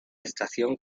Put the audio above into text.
estación